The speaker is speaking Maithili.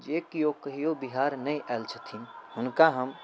जे केओ कहिओ बिहार नहि आएल छथिन हुनका हम